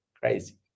Crazy